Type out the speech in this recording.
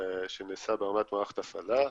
שנעשה ברמת מערכת הפעלה,